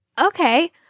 Okay